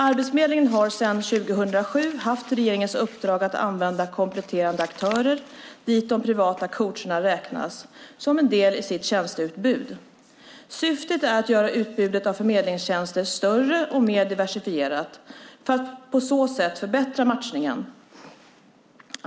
Arbetsförmedlingen har sedan 2007 haft regeringens uppdrag att använda kompletterande aktörer, dit de privata coacherna räknas, som en del av sitt tjänsteutbud. Syftet är att göra utbudet av förmedlingstjänster större och mer diversifierat för att på så sätt förbättra matchningen.